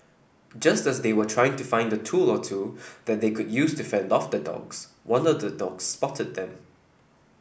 just as they were trying to find the tool or two that they could use to fend off the dogs one of the dogs spotted them